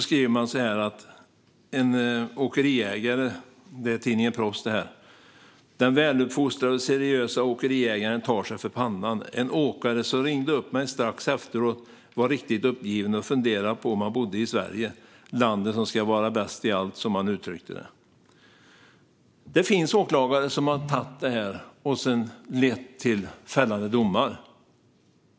Så här skriver tidningen Proffs: "Den väluppfostrade och seriösa åkeriägaren tar sig för pannan. En åkare som ringde upp mig strax efteråt var riktigt uppgiven och funderade på om han bodde i Sverige. 'Landet som ska vara bäst i allt', som han uttryckte det." Det finns åklagare som har tagit tag i detta och fått det att leda till fällande domar.